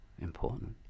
important